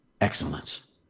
excellence